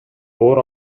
оор